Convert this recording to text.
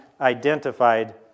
identified